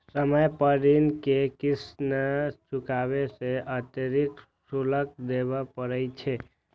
समय पर ऋण के किस्त नहि चुकेला सं अतिरिक्त शुल्क देबय पड़ै छै